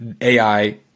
AI